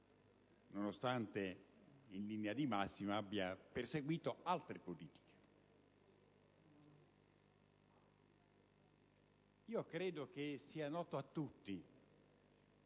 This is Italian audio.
nonostante in linea di massima abbia perseguito altre politiche. Credo sia noto a tutti